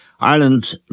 Ireland